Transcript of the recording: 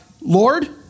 Lord